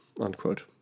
unquote